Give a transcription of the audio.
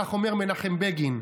כך אומר מנחם בגין.